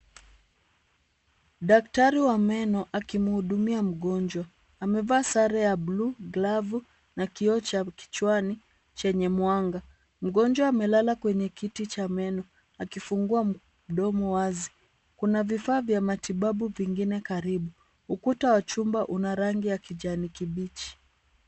Daktari wa meno akimhudumia mgonjwa. Amevaa sare ya blue , glavu, na kioo cha kichwani chenye mwanga. Mgonjwa amelala kwenye kiti cha meno akifungua mdomo wazi. Kuna vifaa vya matibabu vingine karibu. Ukuta wa chumba una rangi ya kijani kibichi.